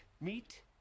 meet